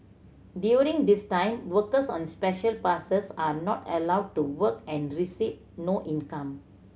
during this time workers on Special Passes are not allowed to work and receive no income